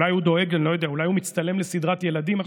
אולי הוא מצטלם לסדרת ילדים.